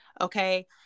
Okay